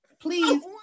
please